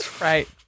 right